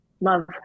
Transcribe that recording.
love